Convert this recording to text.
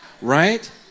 Right